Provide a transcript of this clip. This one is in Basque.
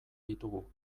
ditugu